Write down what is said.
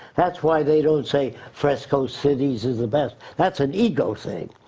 that's why they don't say fresco cities is the best. that's an ego thing.